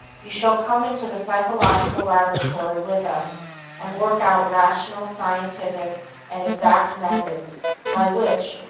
you shall come into the psychological laboratory with us and work out rational, scientific and exact methods by which,